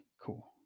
cool